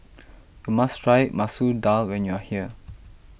you must try Masoor Dal when you are here